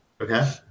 Okay